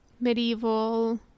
medieval